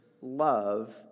love